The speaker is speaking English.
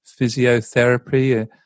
physiotherapy